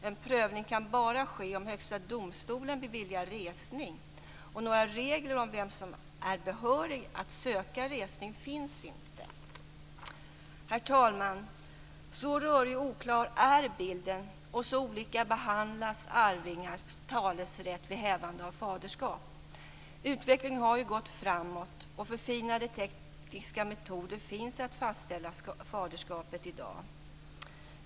En prövning kan bara ske om Högsta domstolen beviljar resning, och några regler om vem som är behörig att söka resning finns inte. Herr talman! Så rörig och oklar är bilden, och så olika behandlas arvingars talerätt vid hävande av faderskap. Utvecklingen har ju gått framåt, och förfinade tekniska metoder att fastställa faderskapet finns i dag.